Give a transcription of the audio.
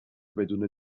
بدون